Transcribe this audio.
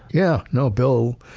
yeah, no, bill.